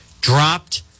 dropped